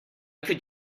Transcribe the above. could